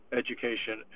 education